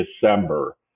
December